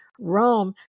Rome